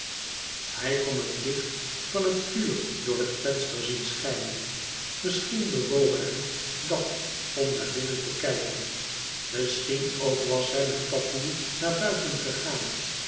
hij kon het licht van het vuur door het venster zien schijnen misschien bewoog hem dat om naar binnen te kijken misschien ook was hij met dat doel naar buiten gegaan